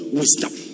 wisdom